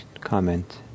comment